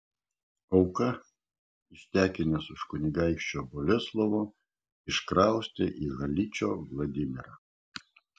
auką ištekinęs už kunigaikščio boleslovo iškraustė į haličo vladimirą